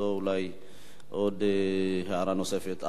זו אולי הערה נוספת.